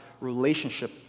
relationship